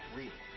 real